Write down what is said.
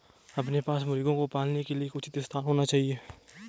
आपके पास मुर्गियों को पालने के लिए एक उचित स्थान होना चाहिए